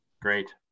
Great